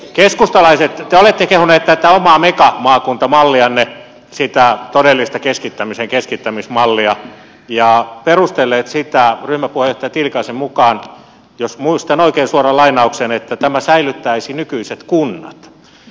keskustalaiset te olette kehuneet tätä omaa megamaakuntamallianne sitä todellista keskittämisen keskittämismallia ja perustelleet sitä ryhmäpuheenjohtaja tiilikaisen mukaan sillä jos muistan oikein suoran lainauksen että tämä säilyttäisi nykyiset kunnat